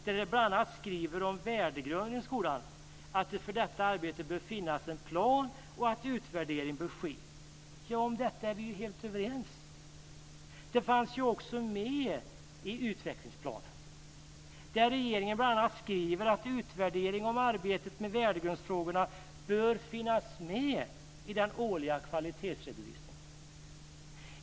De skriver bl.a. om värdegrunden i skolan och att det för detta arbete bör finnas en plan och att utvärdering bör ske. Om detta är vi ju helt överens. Det fanns också med i utvecklingsplanen. Där skriver regeringen bl.a. att utvärdering av arbetet med värdegrundsfrågorna bör finnas med i den årliga kvalitetsredovisningen.